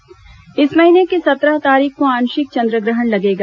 चन्द्र ग्रहण इस महीने की सत्रह तारीख को आंशिक चन्द्र ग्रहण लगेगा